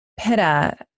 pitta